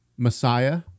Messiah